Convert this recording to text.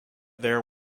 there